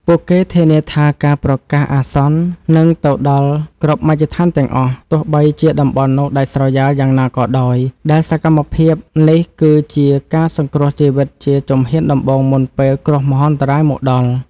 ពួកគេធានាថាការប្រកាសអាសន្ននឹងទៅដល់គ្រប់មជ្ឈដ្ឋានទាំងអស់ ទោះបីជាតំបន់នោះដាច់ស្រយាលយ៉ាងណាក៏ដោយ ដែលសកម្មភាពនេះគឺជាការសង្គ្រោះជីវិតជាជំហានដំបូងមុនពេលគ្រោះមហន្តរាយមកដល់។